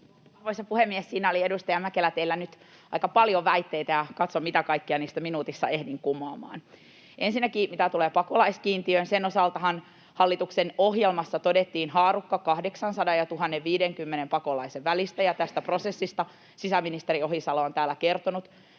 Arvoisa puhemies! Siinä oli, edustaja Mäkelä, teillä nyt aika paljon väitteitä, ja katson, mitä kaikkea niistä minuutissa ehdin kumoamaan. Ensinnäkin mitä tulee pakolaiskiintiöön, sen osaltahan hallituksen ohjelmassa todettiin haarukka 800 ja 1 050 pakolaisen välistä, ja tästä prosessista sisäministeri Ohisalo on täällä kertonut,